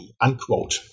unquote